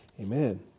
Amen